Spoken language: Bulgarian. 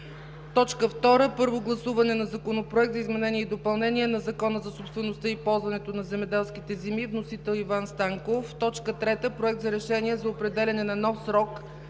2. Първо гласуване на Законопроекта за изменение и допълнение на Закона за собствеността и ползването на земеделски земи. Вносител е Иван Станков. 3. Проект за решение за определяне на нов срок